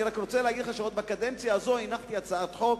אני רוצה להגיד לך שכבר בקדנציה הזאת הנחתי הצעת חוק,